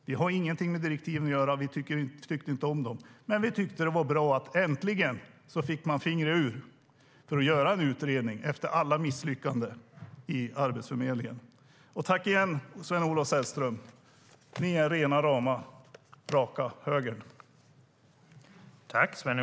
Vi tyckte inte om direktiven, men vi tyckte att det var bra att man äntligen fick tummen ur för att göra en utredning efter alla misslyckanden inom Arbetsförmedlingen.